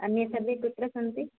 अन्ये सर्वे कुत्र सन्ति